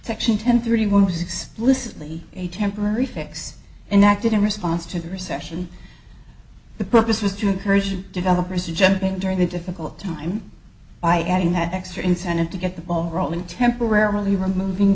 section ten thirty one was explicitly a temporary fix and acted in response to the recession the purpose was to incursion developers jumping during the difficult time by adding that extra incentive to get the ball rolling temporarily removing